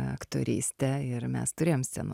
aktorystę ir mes turėjom sceno